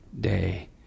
day